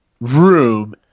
room